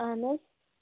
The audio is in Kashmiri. اَہَن حظ